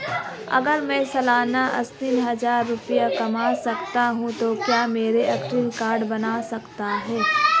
अगर मैं सालाना अस्सी हज़ार रुपये कमाता हूं तो क्या मेरा क्रेडिट कार्ड बन सकता है?